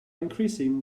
increasing